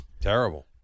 Terrible